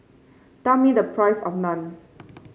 tell me the price of Naan